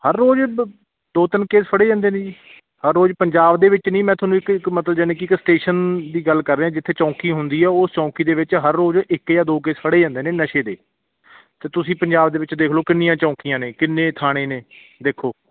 ਹਰ ਰੋਜ਼ ਦ ਦੋ ਤਿੰਨ ਕੇਸ ਫੜੇ ਜਾਂਦੇ ਨੇ ਜੀ ਹਰ ਰੋਜ਼ ਪੰਜਾਬ ਦੇ ਵਿੱਚ ਨਹੀਂ ਮੈਂ ਤੁਹਾਨੂੰ ਇੱਕ ਇੱਕ ਮਤਲਬ ਯਾਨੀ ਕਿ ਇੱਕ ਸਟੇਸ਼ਨ ਦੀ ਗੱਲ ਕਰ ਰਿਹਾ ਹਾਂ ਜਿੱਥੇ ਚੌਂਕੀ ਹੁੰਦੀ ਹੈ ਉਸ ਚੌਂਕੀ ਦੇ ਵਿੱਚ ਹਰ ਰੋਜ਼ ਇੱਕ ਜਾਂ ਦੋ ਕੇਸ ਫੜੇ ਜਾਂਦੇ ਨੇ ਨਸ਼ੇ ਦੇ ਅਤੇ ਤੁਸੀਂ ਪੰਜਾਬ ਦੇ ਵਿੱਚ ਦੇਖ ਲਓ ਕਿੰਨੀਆਂ ਚੌਂਕੀਆਂ ਨੇ ਕਿੰਨੇ ਥਾਣੇ ਨੇ ਦੇਖੋ